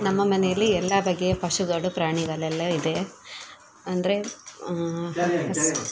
ನಮ್ಮ ಮನೆಯಲ್ಲಿ ಎಲ್ಲಾ ಬಗೆಯ ಪಶುಗಳು ಪ್ರಾಣಿಗಳೆಲ್ಲ ಇದೆ ಅಂದರೆ ಹಸು